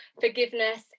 forgiveness